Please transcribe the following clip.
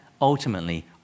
ultimately